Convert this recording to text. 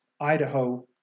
Idaho